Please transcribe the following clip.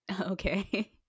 Okay